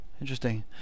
Interesting